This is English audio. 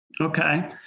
Okay